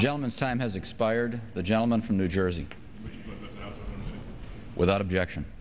gentleman's time has expired the gentleman from new jersey without objection